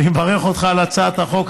אני מברך אותך על הצעת החוק.